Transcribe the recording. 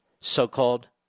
so-called